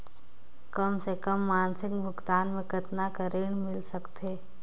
कम से कम मासिक भुगतान मे कतना कर ऋण मिल सकथे?